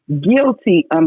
guilty